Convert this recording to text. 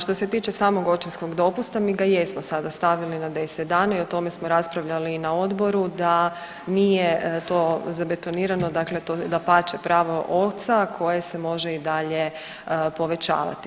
Što se tiče samog očinskog dopusta mi ga jesmo sada stavili na 10 dana i o tome smo raspravljali i na odboru da nije to zabetonirano, dakle to je dapače pravo oca koje se može i dalje povećavati.